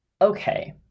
okay